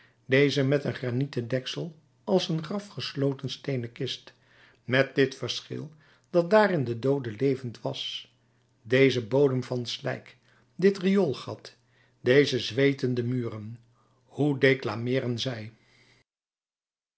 deze met een granieten deksel als een graf gesloten steenen kist met dit verschil dat daarin de doode levend was deze bodem van slijk dit rioolgat deze zweetende muren hoe declameeren zij